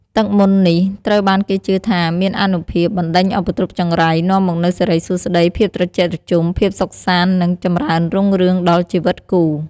ទឹកមន្តនេះត្រូវបានគេជឿថាមានអានុភាពបណ្ដេញឧបទ្រពចង្រៃ នាំមកនូវសិរីសួស្ដី ភាពត្រជាក់ត្រជុំ ភាពសុខសាន្ត និងចម្រើនរុងរឿងដល់ជីវិតគូ។